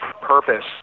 purpose